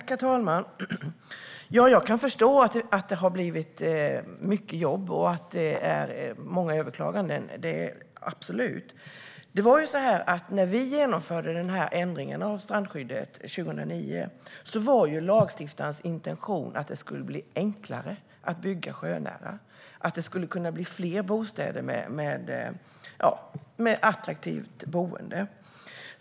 Herr talman! Jag kan förstå att det är mycket jobb och att det är många överklaganden, absolut. När vi genomförde ändringen av strandskyddet 2009 var ju lagstiftarens intention att det skulle bli enklare att bygga sjönära och att det skulle bli fler attraktiva bostäder.